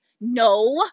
No